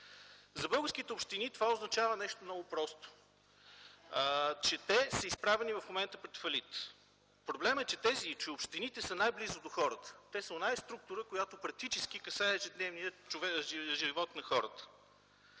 За българските общини това означава нещо много просто – че те са изправени в момента пред фалит. Проблемът е, че общините са най-близо до хората. Те са оная структура, която практически касае ежедневния живот на хората.